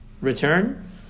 return